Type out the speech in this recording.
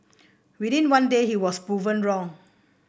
within one day he was proven wrong